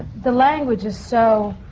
the language is so.